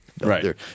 Right